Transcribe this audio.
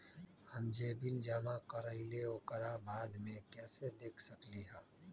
हम जे बिल जमा करईले ओकरा बाद में कैसे देख सकलि ह?